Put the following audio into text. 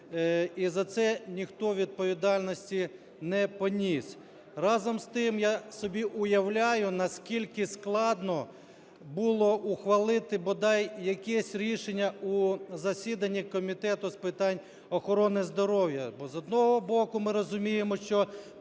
І за це ніхто відповідальності не поніс. Разом з тим, я собі уявляю, наскільки складно було ухвалити бодай якесь рішення у засіданні Комітету з питань охорони здоров'я, бо, з одного боку, ми розуміємо, що